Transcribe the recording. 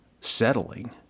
settling